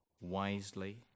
wisely